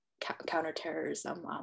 Counterterrorism